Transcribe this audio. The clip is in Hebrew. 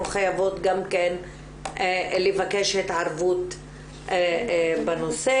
חייבות גם כן לבקש התערבות בנושא.